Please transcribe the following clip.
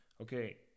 Okay